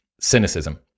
Cynicism